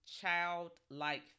Childlike